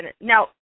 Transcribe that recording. Now